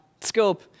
scope